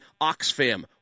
Oxfam